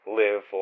live